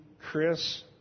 Chris